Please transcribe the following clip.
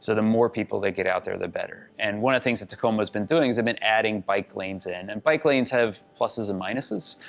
so the more people they get out there the better. and one of the things that tacoma's been doing is they've been adding bike lanes and and bike lanes have pluses and minuses.